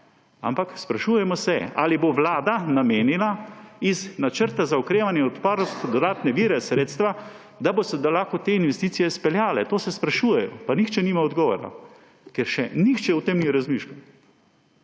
Ampak sprašujemo se, ali bo Vlada namenila iz Načrta za okrevanje in odpornost dodatne vire, sredstva, da se bodo lahko te investicije izpeljale. To se sprašujejo, pa nihče nima odgovora, ker še nihče o tem ni razmišljal.